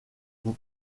vous